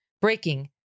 breaking